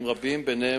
שאלה,